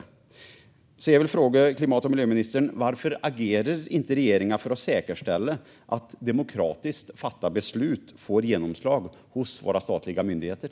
Varför agerar inte regeringen, klimat och miljöministern, för att säkerställa att demokratiskt fattade beslut får genomslag hos våra statliga myndigheter?